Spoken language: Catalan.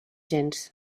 gens